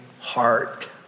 heart